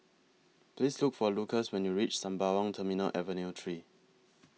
Please Look For Lucas when YOU REACH Sembawang Terminal Avenue three